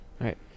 right